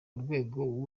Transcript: urwego